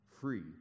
free